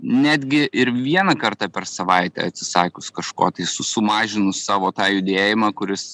netgi ir vieną kartą per savaitę atsisakius kažko tai su sumažinus savo tą judėjimą kuris